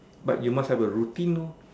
but you must have a routine lor